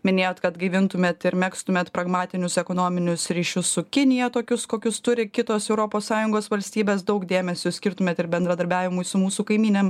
minėjot kad gyventumėt ir megztumėt pragmatinius ekonominius ryšius su kinija tokius kokius turi kitos europos sąjungos valstybės daug dėmesio skirtumėt ir bendradarbiavimui su mūsų kaimynėm